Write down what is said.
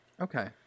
Okay